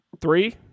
Three